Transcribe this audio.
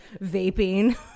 vaping